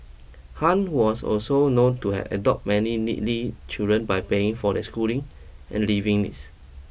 Han was also known to have adopt many needly children by paying for their schooling and living needs